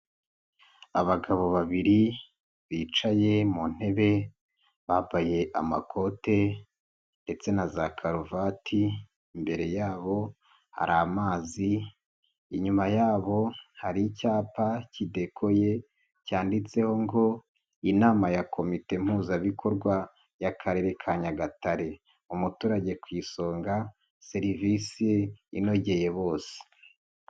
Abagabo babiri bicaye mu ntebe bambaye amakote ndetse na za karuvati, imbere yabo hari amazi, inyuma yabo hari icyapa k'indekoye cyanditseho ngo: "Inama ya komite mpuzabikorwa y'Akarere ka Nyagatare, umuturage ku isonga serivisi inogeye bose".